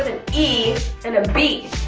an e and a b.